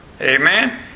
Amen